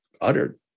uttered